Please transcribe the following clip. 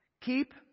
Keep